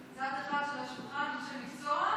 מצד אחד של השולחן אנשי מקצוע וזהו.